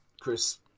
Chris